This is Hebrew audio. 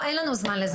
אין לנו זמן לזה.